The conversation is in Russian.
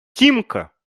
тимка